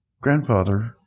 grandfather